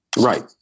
Right